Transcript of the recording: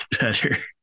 better